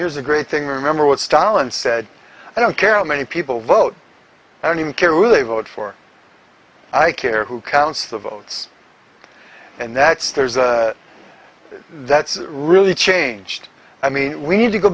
here's a great thing remember what stalin said i don't care how many people vote i don't even care who they vote for i care who counts the votes and that's theirs that's really changed i mean we need to go